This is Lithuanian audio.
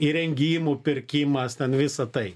įrengimų pirkimas ten visa tai